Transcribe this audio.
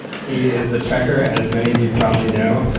he is a trekker, as many of you probably know.